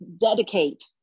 dedicate